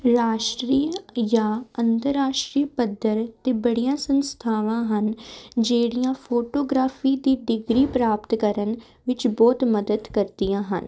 ਰਾਸ਼ਟਰੀ ਜਾਂ ਅੰਤਰਰਾਸ਼ਟਰੀ ਪੱਧਰ 'ਤੇ ਬੜੀਆਂ ਸੰਸਥਾਵਾਂ ਹਨ ਜਿਹੜੀਆਂ ਫੋਟੋਗ੍ਰਾਫੀ ਦੀ ਡਿਗਰੀ ਪ੍ਰਾਪਤ ਕਰਨ ਵਿੱਚ ਬਹੁਤ ਮਦਦ ਕਰਦੀਆਂ ਹਨ